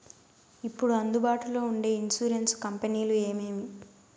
ఇప్పుడు అందుబాటులో ఉండే ఇన్సూరెన్సు కంపెనీలు ఏమేమి?